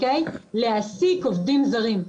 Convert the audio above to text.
להעסיק עובדים זרים,